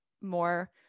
more